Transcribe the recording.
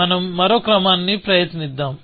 మనం మరో క్రమాన్ని ప్రయత్నిద్దాం